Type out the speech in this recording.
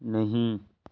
نہیں